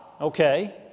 Okay